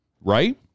right